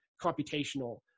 computational